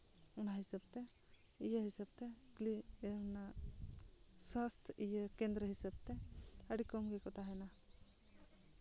ᱚᱱᱟ ᱦᱤᱥᱟᱹᱵᱽ ᱛᱮ ᱤᱭᱟᱹ ᱦᱤᱥᱟᱹᱵᱽ ᱛᱮ ᱠᱷᱟᱹᱞᱤ ᱚᱱᱟ ᱥᱟᱥᱛᱷ ᱠᱮᱱᱫᱨᱚ ᱦᱤᱥᱟᱹᱵᱽ ᱛᱮ ᱟᱹᱰᱤ ᱠᱚᱢ ᱜᱮᱠᱚ ᱛᱟᱦᱮᱱᱟ